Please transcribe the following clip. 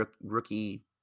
rookie